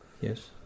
Yes